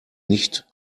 nicht